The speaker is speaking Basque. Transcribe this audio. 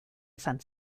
izan